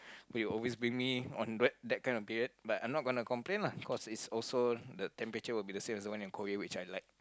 they always bring me on d~ that kind of period but I'm not gonna complain lah because it's also the temperature will be the same also when I'm in Korea which I like